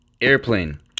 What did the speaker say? airplane